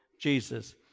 Jesus